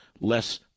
less